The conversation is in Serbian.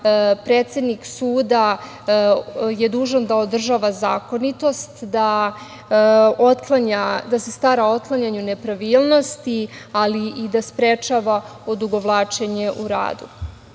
predsednik suda je dužan da održava zakonitost, da se stara o otklanjanju nepravilnosti, ali i da sprečava odugovlačenje u